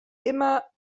immer